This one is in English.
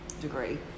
degree